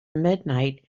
midnight